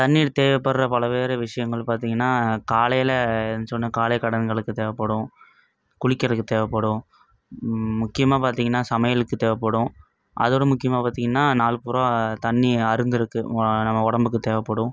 தண்ணீர் தேவைப்படுற பல்வேறு விஷயங்கள் பார்த்திங்கன்னா காலையில எஞ்சோன்ன காலை கடன்களுக்கு தேவைப்படும் குளிக்கிறதுக்கு தேவைப்படும் முக்கியமாக பார்த்திங்கன்னா சமையலுக்கு தேவைப்படும் அதோடய முக்கியமாக பார்த்திங்கன்னா நாள் பூராக தண்ணி அருந்துகிறதுக்கு நம்ம உடம்புக்கு தேவைப்படும்